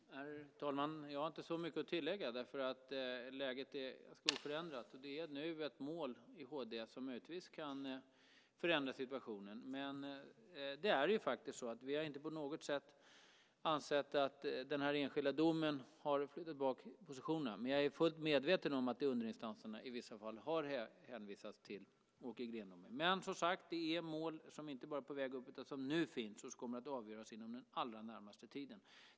Herr talman! Jag har inte så mycket att tillägga, därför att läget är ganska oförändrat. Det är nu ett mål i HD som möjligtvis kan förändra situationen. Vi har inte på något sätt ansett att den enskilda domen har flyttat tillbaka positionen. Men jag är fullt medveten om att underinstanserna i vissa fall har hänvisat till Åke Green-domen. Som sagt är det mål som inte bara är på väg upp utan som nu finns i domstol och som kommer att avgöras inom den allra närmaste tiden.